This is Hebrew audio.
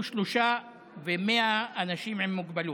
1,493,100 אנשים עם מוגבלות.